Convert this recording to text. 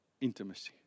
intimacy